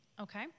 Okay